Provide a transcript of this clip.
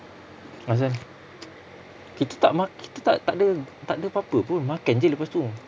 asal kita tak mak~ kita tak takde takde apa-apa pun makan jer lepas tu